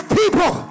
people